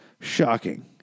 shocking